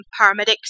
paramedics